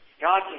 God